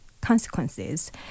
consequences